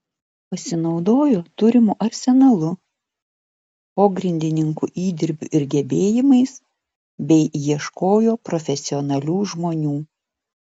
pasinaudojo turimu arsenalu pogrindininkų įdirbiu ir gebėjimais bei ieškojo profesionalių žmonių